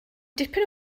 dipyn